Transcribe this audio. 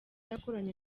yakoranye